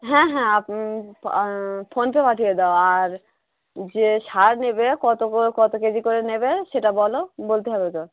হ্যাঁ হ্যাঁ ফোনপে পাঠিয়ে দাও আর যে স্যার নেবে কত করে কত কেজি করে নেবে সেটা বলো বলতে হবে তো